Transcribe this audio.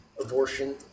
abortion